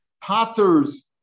Potter's